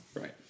Right